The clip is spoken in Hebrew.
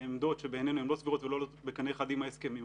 הן עמדות שבעינינו הן לא סבירות ולא עולות בקנה אחד עם ההסכמים.